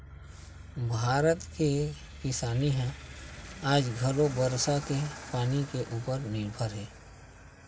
भारत के किसानी ह आज घलो बरसा के पानी के उपर निरभर हे